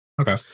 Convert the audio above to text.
Okay